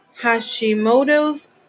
Hashimoto's